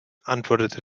antwortete